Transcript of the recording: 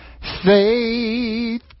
Faith